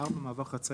ובו- (1) ברישה,